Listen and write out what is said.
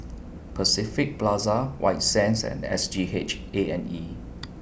Pacific Plaza White Sands and S G H A and E